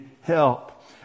help